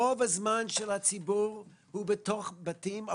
רוב הזמן של הציבור הוא בתוך בתים,